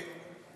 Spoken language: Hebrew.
הוא תקוע.